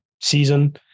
season